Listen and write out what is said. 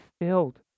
filled